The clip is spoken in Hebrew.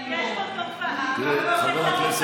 חברת הכנסת